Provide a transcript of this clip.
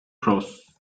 prose